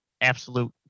Absolute